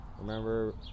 Remember